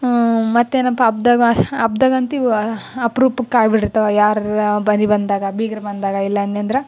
ಮತ್ತು ಏನಪ್ಪಾ ಹಬ್ದಾಗ ಹಬ್ದಾಗಂತೀವ್ ಅಪ್ರೂಪಕ್ಕೆ ಆಗ್ಬಿಟ್ಟಿರ್ತವೆ ಯಾರರೂ ಮನಿಗ್ ಬಂದಾಗ ಬೀಗರು ಬಂದಾಗ ಇಲ್ಲ ಅಂದೆನಂದ್ರ